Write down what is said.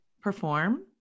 perform